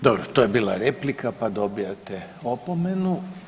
Dobro to je bila replika pa dobijate opomenu.